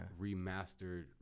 remastered